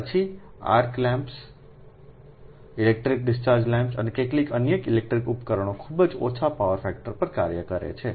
પછી arc lamps electric discharge lamps અને કેટલાક અન્ય ઇલેક્ટ્રિક ઉપકરણો ખૂબ જ ઓછા પાવર ફેક્ટર પર કાર્ય કરે છે